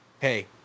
hey